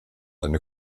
eine